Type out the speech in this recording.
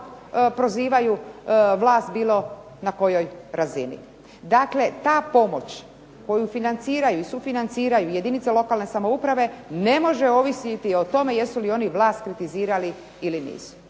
prozivaju vlast na bilo kojoj razini. Dakle, ta pomoć koju financiraju jedinice lokalne samouprave ne može ovisiti o tome jesu li oni vlast kritizirali ili nisu.